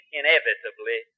inevitably